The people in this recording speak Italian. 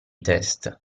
test